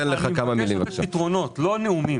פה פתרונות, לא נאומים.